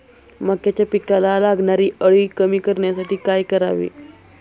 मक्याच्या पिकाला लागणारी अळी कमी करण्यासाठी काय करावे?